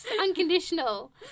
Unconditional